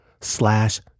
slash